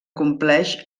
compleix